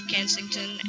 Kensington